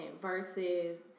versus